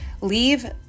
leave